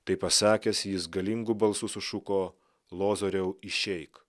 tai pasakęs jis galingu balsu sušuko lozoriau išeik